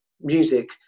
music